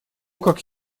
как